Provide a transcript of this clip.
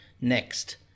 Next